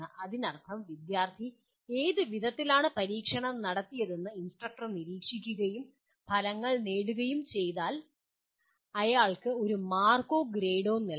അതിനർത്ഥം വിദ്യാർത്ഥി ഏത് വിധത്തിലാണ് പരീക്ഷണം നടത്തിയതെന്ന് ഇൻസ്ട്രക്ടർ നിരീക്ഷിക്കുകയും ഫലങ്ങൾ നേടുകയും ചെയ്താൽ അയാൾക്ക് ഒരു മാർക്കോ ഗ്രേഡോ നൽകും